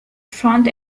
front